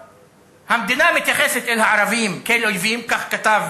המדינה מתייחסת אל הערבים כאל אויבים, כך כתב